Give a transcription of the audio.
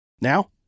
Now